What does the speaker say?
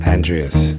Andreas